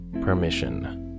permission